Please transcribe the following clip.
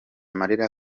amarira